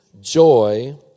joy